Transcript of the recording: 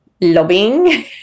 lobbying